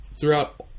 throughout